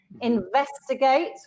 investigate